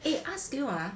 eh ask you ah